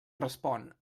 respon